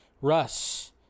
Russ